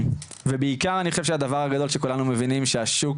ובעיקר אני חושב שהדבר הגדול שכולנו מבינים שהשוק